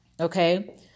Okay